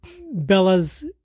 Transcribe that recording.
Bella's